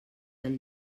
del